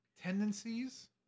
tendencies